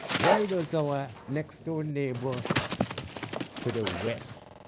why does our next door neighbor to the west,